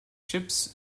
ships